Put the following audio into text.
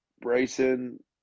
Bryson